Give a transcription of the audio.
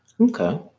Okay